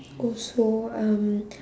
also um